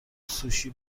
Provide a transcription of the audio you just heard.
سوشی